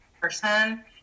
person